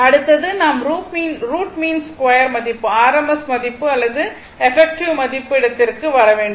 அடுத்தது நாம் root mean square மதிப்பு r m s மதிப்பு அல்லது எபக்ட்டிவ் மதிப்பு இடத்திற்கு வர வேண்டும்